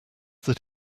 that